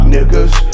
Niggas